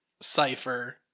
cipher